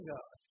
God